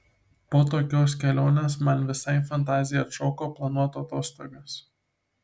po tokios kelionės man visai fantazija atšoko planuot atostogas